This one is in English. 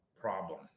problem